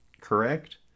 correct